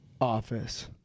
office